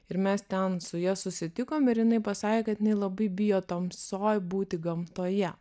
ir mes ten su ja susitikom ir jinai pasakė kad jinai labai bijo tamsoj būti gamtoje